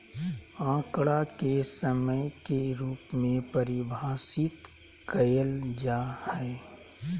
आंकड़ा के संख्या के रूप में परिभाषित कइल जा हइ